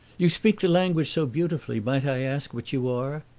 you speak the language so beautifully might i ask what you are?